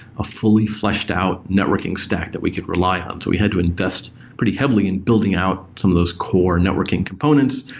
a fully fleshed out networking stack that we could rely on. so we had to invest pretty heavily in building out some of those core networking components,